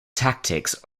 tactics